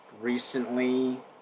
recently